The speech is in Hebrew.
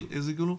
איזה גיל הוא.